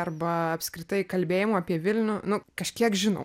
arba apskritai kalbėjimo apie vilnių nu kažkiek žinau